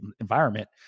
environment